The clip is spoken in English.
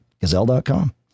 Gazelle.com